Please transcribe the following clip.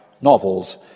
novels